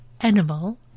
animal